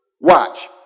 Watch